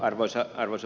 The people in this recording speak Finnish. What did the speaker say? arvoisa puhemies